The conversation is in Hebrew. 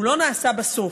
הוא לא נעשה בסוף.